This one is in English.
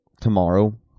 tomorrow